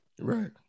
Right